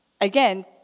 Again